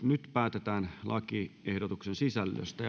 nyt päätetään lakiehdotuksen sisällöstä